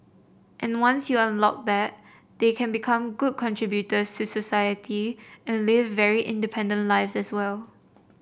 and once you unlock that they can become good contributors to society and live very independent lives as well